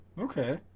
Okay